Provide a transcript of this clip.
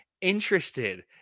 interested